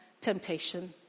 temptation